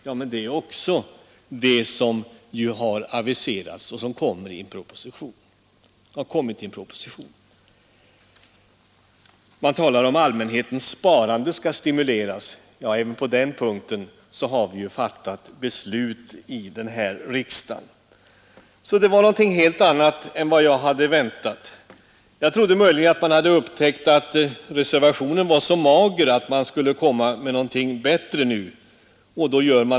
Ja, men det är också sådant som kommer i en proposition. Man talar om att allmänhetens sparande skall stimuleras. Även på den punkten har vi ju fattat beslut. Det var någonting helt annat än vad jag hade väntat. Jag trodde möjligen att man hade upptäckt att reservationen var sådan att man måste komma med någonting nytt nu.